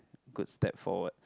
good step forward